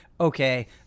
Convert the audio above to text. okay